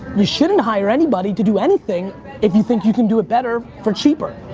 you shouldn't hire anybody to do anything if you think you can do it better for cheaper.